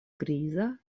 griza